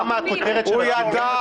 הוא ידע.